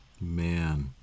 Man